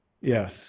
yes